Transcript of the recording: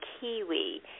kiwi